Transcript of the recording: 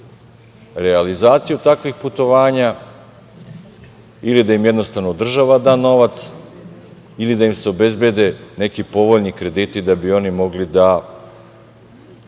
realizaciju takvih putovanja ili da im država da novac ili da im se obezbede neki povoljni krediti da bi mogli da